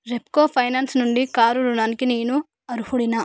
Repco finance నుండి car రుణానికి నేను అర్హుడినా